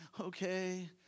okay